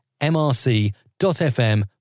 mrc.fm